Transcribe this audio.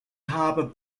harbour